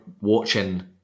watching